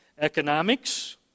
Economics